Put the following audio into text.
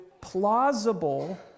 plausible